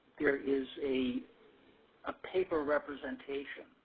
there is a ah paper representation.